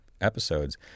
episodes